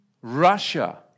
Russia